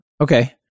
Okay